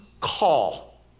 call